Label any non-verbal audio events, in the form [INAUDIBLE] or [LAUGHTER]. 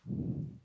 [BREATH]